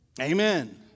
Amen